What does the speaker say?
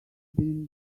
been